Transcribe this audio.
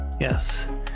yes